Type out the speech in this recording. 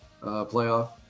playoff